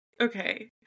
Okay